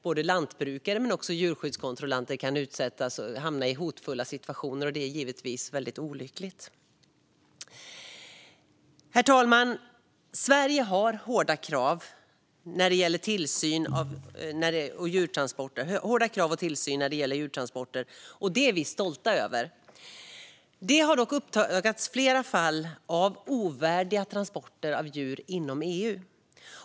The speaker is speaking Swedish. Både lantbrukare och djurskyddskontrollanter kan utsättas och hamna i hotfulla situationer, och det är givetvis väldigt olyckligt. Herr talman! Sverige har hårda krav och tillsyn när det gäller djurtransporter. Det är vi stolta över. Det har dock uppdagats flera fall av ovärdiga transporter av djur inom EU.